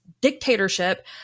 dictatorship